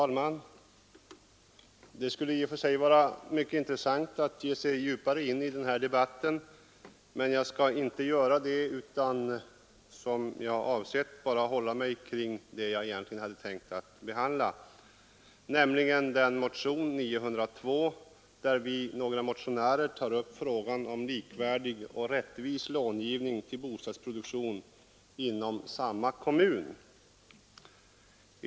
Fru talman! Det skulle i och för sig vara mycket intressant att ge sig djupare in i denna debatt. Men jag skall inte göra det utan som jag avsett bara hålla mig till det jag egentligen hade tänkt att behandla, nämligen motionen 902 vari vi motionärer tar upp frågan om likvärdig och rättvis långivning till bostadsproduktion inom en och samma kommun.